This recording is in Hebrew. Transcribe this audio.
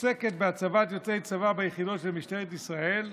עוסקת בהצבת יוצאי צבא ביחידות של משטרת ישראל,